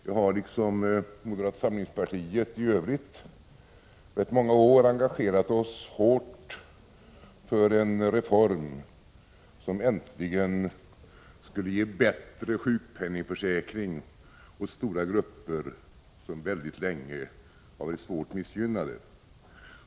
Jag och moderata samlingspartiet i övrigt har i rätt många år engagerat oss hårt för en reform som äntligen skulle ge bättre sjukpenningförsäkring åt stora grupper som väldigt länge har varit svårt missgynnade.